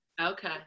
Okay